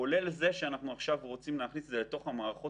כולל זה שאנחנו רוצים להכניס את זה לתוך המערכות